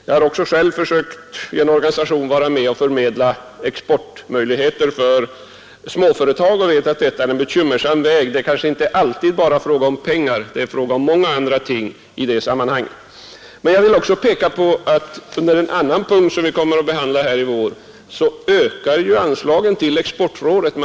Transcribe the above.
Jag har själv varit med i en organisation och förmedlat exporthjälp åt småföretagare och vet att det är en bekymmersam väg. Det kanske inte alltid är fråga om pengar. Det är fråga om många andra ting i detta sammanhang. Jag vill också peka på att under en annan punkt, som vi kommer att behandla senare i vår, ökar anslaget till exportkrediterna.